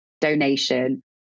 donation